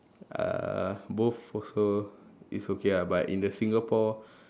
uh both also it's okay ah but in the Singapore